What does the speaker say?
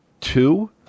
two